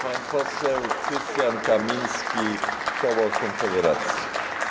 Pan poseł Krystian Kamiński, koło Konfederacji.